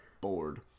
bored